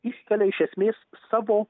iškelia iš esmės savo